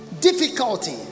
Difficulty